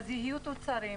אז יהיו תוצרים,